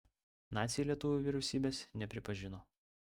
naciai lietuvių vyriausybės nepripažino